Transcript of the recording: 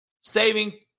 saving